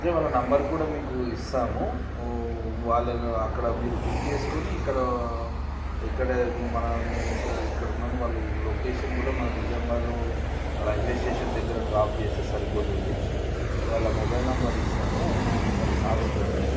అంటే వాళ్ళ నెంబర్ కూడా మీకు ఇస్తాము వాళ్ళ అక్కడ మీరు పిక్ చేసుకొని ఇక్కడ ఇక్కడ ఇప్పుడు మన నేను ఇక్కడ ఇక్కడ ఉన్నాను వాళ్ళు లొకేషన్ కూడా మన నిజామాబాద్లో రైల్వే స్టేషన్ దగ్గర డ్రాప్ చేస్తే సరిపోతుంది వాళ్ళ మొబైల్ నెంబర్ ఇస్తాను ఒకసారి వ్రాసుకోండి